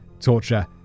torture